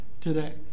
today